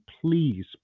please